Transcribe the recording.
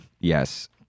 Yes